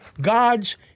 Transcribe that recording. God's